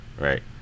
Right